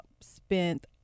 spent